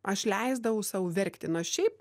aš leisdavau sau verkti nors šiaip